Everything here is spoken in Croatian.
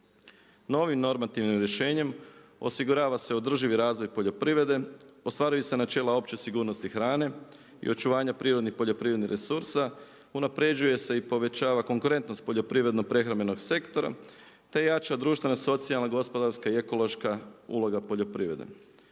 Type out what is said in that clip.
Novim normativnim rješenjem osigurava se održivi razvoj poljoprivrede, ostvaruju se načela opće sigurnosti hrane i očuvanja prirodnih poljoprivrednih resursa, unapređuje se i povećava konkurentnost poljoprivredno prehrambenog sektora te jača društvena, socijalna, gospodarska i ekološka uloga poljoprivrede.